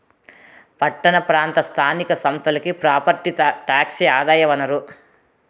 పట్టణ ప్రాంత స్థానిక సంస్థలకి ప్రాపర్టీ టాక్సే ఆదాయ వనరు